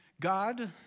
God